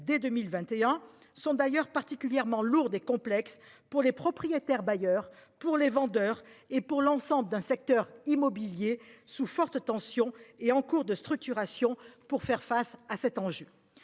dès 2021 sont d'ailleurs particulièrement lourde et complexe pour les propriétaires bailleurs pour les vendeurs et pour l'ensemble d'un secteur immobilier sous forte tension est en cours de structuration pour faire face à cet enjeu.